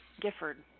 Gifford